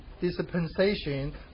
dispensation